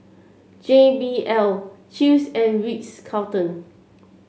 J B L Chew's and Ritz Carlton